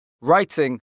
writing